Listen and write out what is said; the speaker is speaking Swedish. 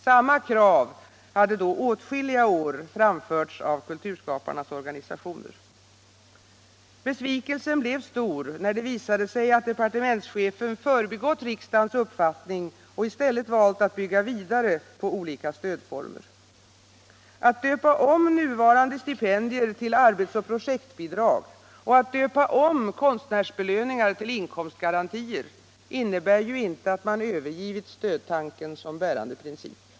Samma krav hade då åtskilliga år framförts av kulturskaparnas organisationer. Besvikelsen blev stor när det visade sig att departementschefen förbigått riksdagens uppfattning och i stället valt att bygga vidare på olika stödformer. Att döpa om nuvarande stipendier till arbets och projektbidrag och att döpa om konstnärsbelöningar till inkomstgarantier innebär ju inte att man övergivit stödtanken som bärande princip.